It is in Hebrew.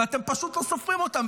ואתם פשוט לא סופרים אותם.